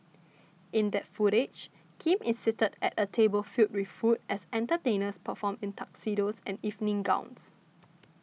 in that footage Kim is seated at a table filled with food as entertainers perform in Tuxedos and evening gowns